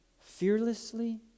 fearlessly